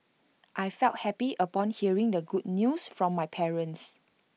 I felt happy upon hearing the good news from my parents